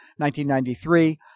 1993